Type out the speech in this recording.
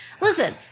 listen